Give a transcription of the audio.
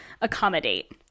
accommodate